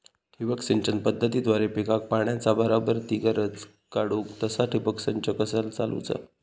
ठिबक सिंचन पद्धतीद्वारे पिकाक पाण्याचा बराबर ती गरज काडूक तसा ठिबक संच कसा चालवुचा?